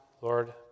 Lord